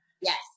yes